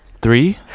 three